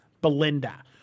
Belinda